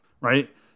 right